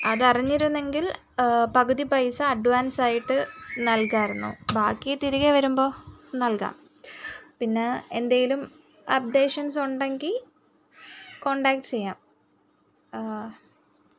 അതറിഞ്ഞിരുന്നെങ്കിൽ പകുതി പൈസ അഡ്വാൻസായിട്ട് നല്കാമായിരുന്നു ബാക്കി തിരികെ വരുമ്പോള് നൽകാം പിന്നെ എന്തെങ്കിലും അപ്ഡേഷൻസ് ഉണ്ടെങ്കില് കോൺടാക്ട് ചെയ്യാം